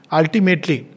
ultimately